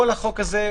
כל החוק הזה בתוקף,